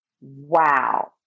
wow